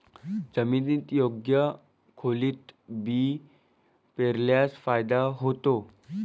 जमिनीत योग्य खोलीत बी पेरल्यास फायदा होतो